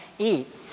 eat